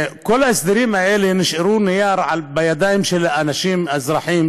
כל ההסדרים האלה נשארו נייר בידיים של האנשים,